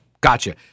Gotcha